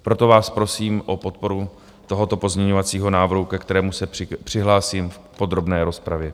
Proto vás prosím o podporu tohoto pozměňovacího návrhu, ke kterému se přihlásím v podrobné rozpravě.